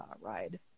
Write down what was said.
ride